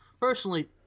Personally